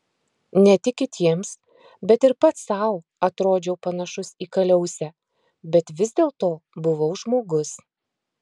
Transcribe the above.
ne tik kitiems bet ir pats sau atrodžiau panašus į kaliausę bet vis dėlto buvau žmogus